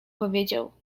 powiedział